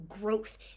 growth